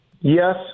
Yes